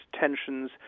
tensions